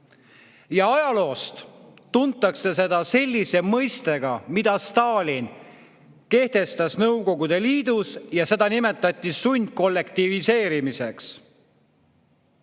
Ajaloost tuntakse seda sellena, mille Stalin kehtestas Nõukogude Liidus ja mida nimetati sundkollektiviseerimiseks.